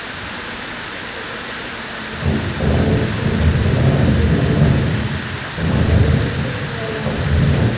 ᱮᱢᱚᱱ ᱠᱤ ᱚᱱᱛᱮ ᱨᱮᱫᱚ ᱵᱮᱥ ᱫᱷᱟᱨᱟ ᱠᱚ ᱛᱟᱦᱮᱱᱟ ᱠᱟᱹᱣᱰᱤ ᱠᱚ ᱤᱭᱟᱹᱜ ᱠᱟᱱᱟ ᱛᱟᱠᱚ ᱟᱨ ᱱᱚᱰᱮ ᱫᱚ ᱪᱮᱫ ᱦᱚᱸ ᱵᱟᱭ ᱜᱟᱱᱚᱜ ᱠᱟᱱᱟ